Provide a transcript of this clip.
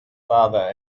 father